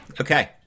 Okay